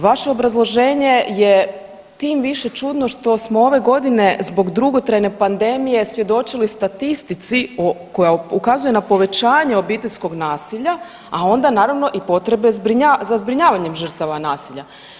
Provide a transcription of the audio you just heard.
Vaše obrazloženje je tim više čudno što smo ove godine zbog dugotrajne pandemije svjedočili statistici o koja ukazuje na povećanje obiteljskog nasilja i a onda naravno i potrebe za zbrinjavanjem žrtava nasilja.